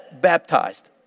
baptized